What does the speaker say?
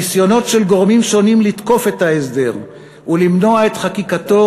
הניסיונות של גורמים שונים לתקוף את ההסדר ולמנוע את חקיקתו